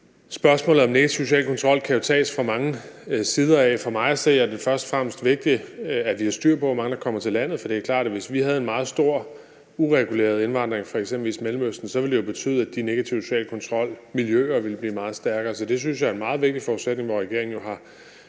spørgsmålet om negativ social kontrol jo kan tages fra mange sider af. For mig at se er det først og fremmest vigtigt, at vi har styr på, hvor mange der kommer til landet. For det er klart, at hvis vi havde en meget stor ureguleret indvandring fra eksempelvis Mellemøsten, ville det jo betyde, at miljøerne med negativ social kontrol ville blive meget stærkere. Så det synes jeg er en meget vigtig forudsætning, hvor regeringen jo